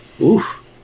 Oof